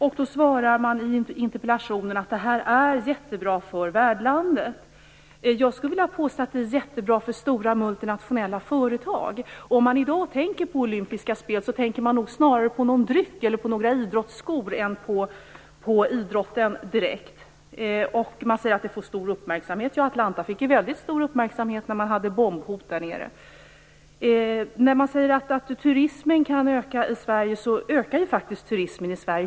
I interpellationen sägs att OS är jättebra för värdlandet. Jag skulle vilja påstå att det är jättebra för stora multinationella företag. Om man i dag tänker på olympiska spel tänker man snarare på någon dryck eller på några idrottsskor än direkt på idrotten. Man säger att ett OS får stor uppmärksamhet. Atlanta fick mycket stor uppmärksamhet när man hade bombhot därnere. Man säger att turismen kan öka i Sverige. Turismen ökar faktiskt i Sverige.